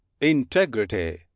Integrity